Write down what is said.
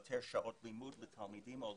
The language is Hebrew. יותר שעות לימוד לתלמידים עולים.